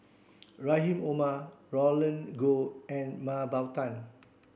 Rahim Omar Roland Goh and Mah Bow Tan